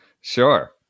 Sure